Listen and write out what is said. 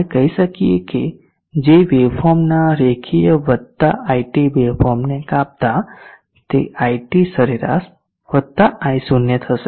આપણે કહી શકીએ કે જે વેવફોર્મના રેખીય વધતા iT વેવફોર્મ ને કાપતા તે iT સરેરાશ વતા i0 થશે